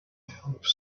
hope